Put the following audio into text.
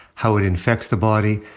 how it infects the body,